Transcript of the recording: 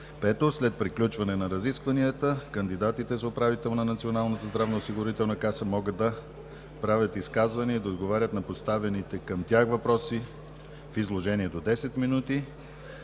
5. След приключване на разискванията, кандидатите за управител на Националната здравноосигурителна каса могат да правят изказвания и да отговарят на поставените към тях въпроси – в изложение до 10 минути.